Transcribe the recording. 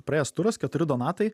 praėjęs turas keturi donatai